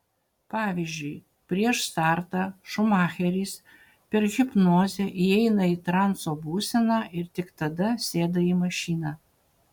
pavyzdžiui prieš startą šumacheris per hipnozę įeina į transo būseną ir tik tada sėda į mašiną